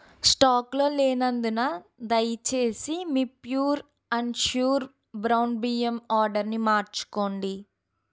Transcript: స్టాక్లో లేనందున దయచేసి మీ ప్యూర్ అండ్ ష్యూర్ బ్రౌన్ బియ్యం ఆర్డర్ని మార్చుకోండి